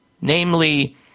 Namely